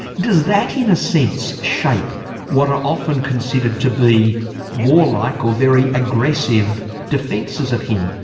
does that in a sense, shape what are often considered to be warlike or very aggressive defences of him?